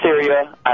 Syria